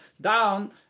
down